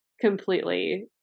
completely